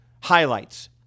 highlights